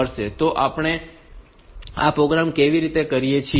તો આપણે આ પ્રોગ્રામ કેવી રીતે કરીએ છીએ